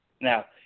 Now